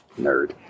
Nerd